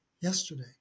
yesterday